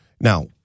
Now